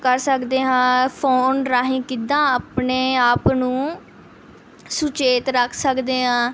ਕਰ ਸਕਦੇ ਹਾਂ ਫ਼ੋਨ ਰਾਹੀਂ ਕਿੱਦਾਂ ਆਪਣੇ ਆਪ ਨੂੰ ਸੁਚੇਤ ਰੱਖ ਸਕਦੇ ਹਾਂ